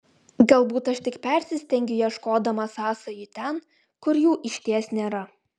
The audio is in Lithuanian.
galbūt aš tik persistengiu ieškodama sąsajų ten kur jų išties nėra